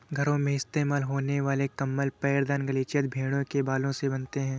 घरों में इस्तेमाल होने वाले कंबल पैरदान गलीचे आदि भेड़ों के बालों से बनते हैं